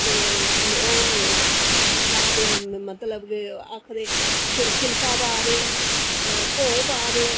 ते ओह् पा दे मतलब की आक्खदे छिलका पा दे आं भो पा दे आं